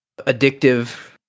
addictive